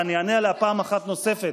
ואני אענה עליה פעם אחת נוספת: